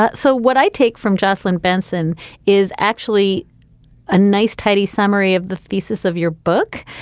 but so what i take from jocelyn benson is actually a nice, tidy summary of the thesis of your book,